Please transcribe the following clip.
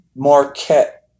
Marquette